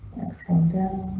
it's going down.